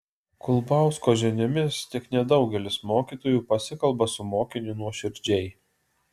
kulbausko žiniomis tik nedaugelis mokytojų pasikalba su mokiniu nuoširdžiai